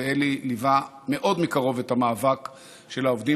ואלי ליווה מאוד מקרוב את המאבק של העובדים